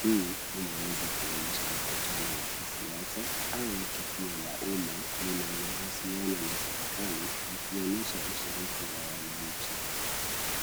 Hii inaweza kuonyesha mkutano wa kisiasa au tukio la umma linalohusiana na serikali likionyesha ushiriki wa wananchi.